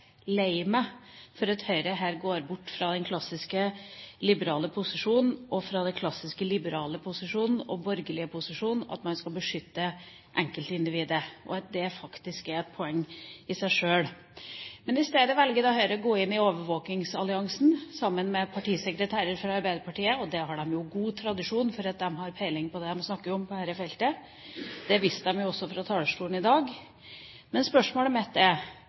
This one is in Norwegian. meg for at Høyre går bort fra den klassiske, liberale posisjonen og den borgerlige posisjonen der man skal beskytte enkeltindividet, og at det faktisk er et poeng i seg sjøl. Men i stedet velger Høyre å gå inn i overvåkingsalliansen sammen med partisekretærer fra Arbeiderpartiet – og de har god tradisjon for å ha god peiling på hva de snakker om på dette feltet. Det viste de også fra talerstolen i dag. Men spørsmålet mitt er: